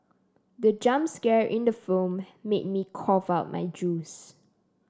the jump scare in the film made me cough out my juice